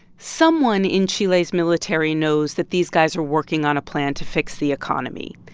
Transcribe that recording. someone in chile's military knows that these guys are working on a plan to fix the economy.